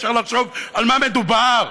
אפשר לחשוב על מה מדובר.